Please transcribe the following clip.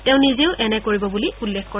তেওঁ নিজেও এনে কৰিব বুলি উল্লেখ কৰে